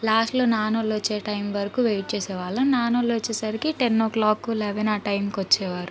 లాస్ట్లో నాన్న వాళ్ళు వచ్చే టైం వరకు వెయిట్ చేసే వాళ్ళం నాన్న వాళ్ళు వచ్చే సరికి టెన్ ఓ క్లాక్ లెవను ఆ టైంకి వచ్చేవారు